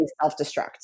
self-destruct